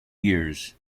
years